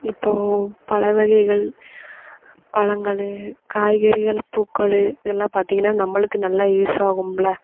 இப்போ பல வகைகள் பழங்களு காய்கறிகள் பூக்களும் இதெல்லாம் பார்த்தீங்கன்னா நம்பளுக்கு நல்ல யூஸ் ஆகும்ல